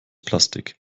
plastik